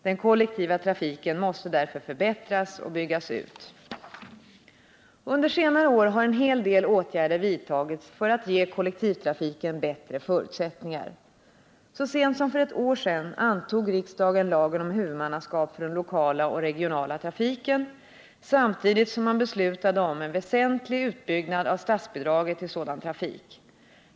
Den kollektiva trafiken måste därför förbättras och byggas ut. Under senare år har en hel del åtgärder vidtagits för att ge kollektivtrafiken bättre förutsättningar. Så sent som för ett år sedan antog riksdagen lagen om huvudmannaskap för den lokala och regionala trafiken samtidigt som man beslutade om en väsentlig utbyggnad av statsbidraget till sådan trafik.